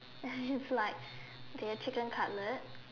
and it's like they have chicken cutlet